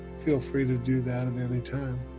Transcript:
feel free to do that at any time.